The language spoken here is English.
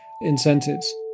incentives